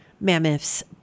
Mammoths